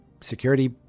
security